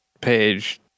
page